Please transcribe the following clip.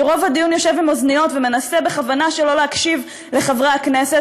שרוב הדיון יושב עם אוזניות ומנסה בכוונה שלא להקשיב לחברי הכנסת,